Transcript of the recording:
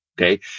okay